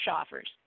offers